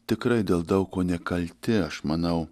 tikrai dėl daug ko nekalti aš manau